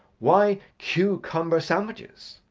why cucumber sandwiches?